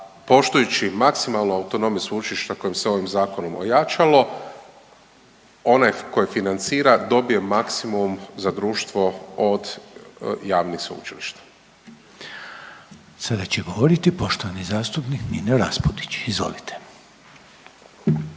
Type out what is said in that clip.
poštujući maksimalno autonomiju sveučilišta kojim se ovim zakonom ojačalo onaj koji financira dobije maksimum za društvo od javnih sveučilišta. **Reiner, Željko (HDZ)** Sada će govoriti poštovani zastupnik Nino Raspudić. Izvolite.